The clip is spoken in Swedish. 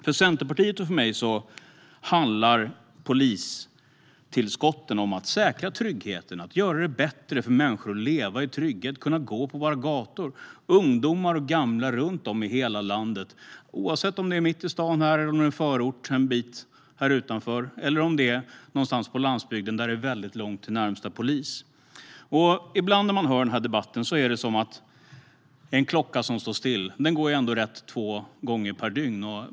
För mig och Centerpartiet handlar polistillskotten om att säkra tryggheten och göra det bättre för människor - ungdomar och gamla runt om i hela landet - så att de kan leva i trygghet och gå på våra gator, oavsett om det är mitt i stan, i en förort en bit härifrån eller någonstans på landsbygden där det är långt till närmaste polis. Ibland när man hör debatten är det som när klockan står still - den går ändå rätt två gånger per dygn.